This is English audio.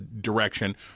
direction